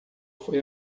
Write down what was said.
foi